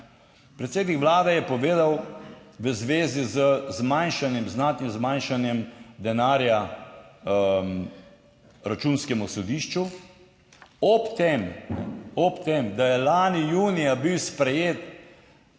Predsednik vlade je povedal, v zvezi z zmanjšanjem, znatnim zmanjšanjem denarja Računskemu sodišču, ob tem, da je lani junija bila sprejeta